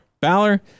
Balor